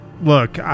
look